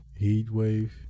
Heatwave